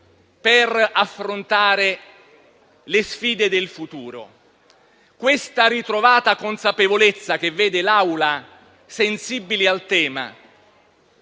per affrontare le sfide del futuro. Questa ritrovata consapevolezza, che vede l'Aula sensibile al tema,